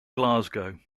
glasgow